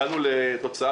הגענו לתוצאה,